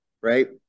right